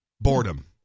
Boredom